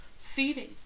Feeding